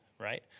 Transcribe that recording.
right